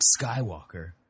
Skywalker